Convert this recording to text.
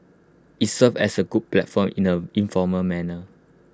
IT serves as A good platform in A informal manner